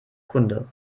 kunde